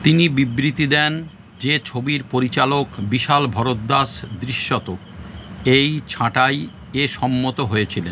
তিনি বিবৃতি দেন যে ছবির পরিচালক বিশাল ভরদ্বাজ দৃশ্যত এই ছাঁটাই এ সম্মত হয়েছিলেন